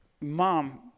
mom